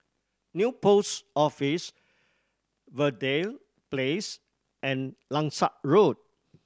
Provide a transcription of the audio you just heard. New Post Office Verde Place and Langsat Road